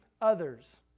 others